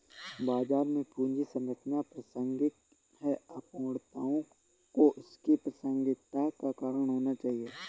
बाजार में पूंजी संरचना अप्रासंगिक है, अपूर्णताओं को इसकी प्रासंगिकता का कारण होना चाहिए